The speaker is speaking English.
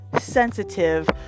sensitive